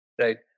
Right